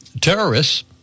terrorists